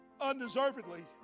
undeservedly